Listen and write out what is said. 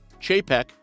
Chapek